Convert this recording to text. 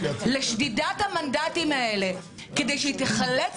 לשדידת המנדטים האלה כדי שהיא תיחלץ